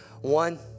one